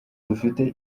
dufite